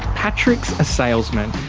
patrick's a salesman,